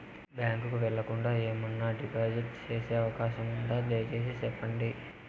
Bank కు వెళ్లకుండా, ఏమన్నా డిపాజిట్లు సేసే అవకాశం ఉందా, దయసేసి సెప్పండి?